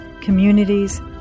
communities